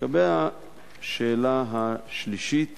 לגבי השאלה השלישית,